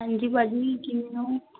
ਹਾਂਜੀ ਭਾਅ ਜੀ ਕਿਵੇਂ ਹੋ